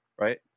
right